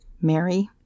Mary